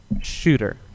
Shooter